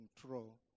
control